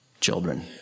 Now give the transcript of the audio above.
children